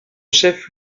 chef